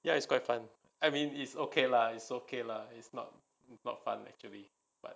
ya it's quite fun I mean it's okay lah it's okay lah it's not not fun actually but